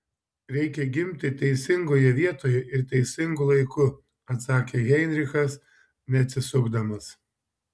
reikia gimti teisingoje vietoje ir teisingu laiku atsakė heinrichas neatsisukdamas